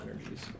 energies